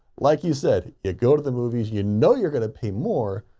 like you said, you go to the movies, you know you're going to pay more.